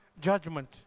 judgment